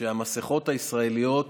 המסכות הישראליות